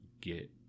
get